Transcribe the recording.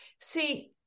see